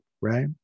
right